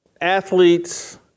athletes